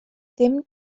ddim